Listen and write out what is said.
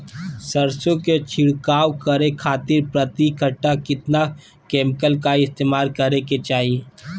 सरसों के छिड़काव करे खातिर प्रति कट्ठा कितना केमिकल का इस्तेमाल करे के चाही?